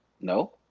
No